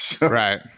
Right